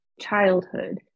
childhood